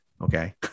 Okay